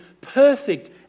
perfect